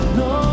no